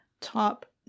top